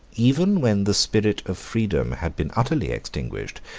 even when the spirit of freedom had been utterly extinguished,